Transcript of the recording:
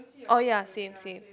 oh ya same same